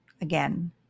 again